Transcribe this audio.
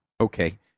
Okay